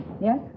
Yes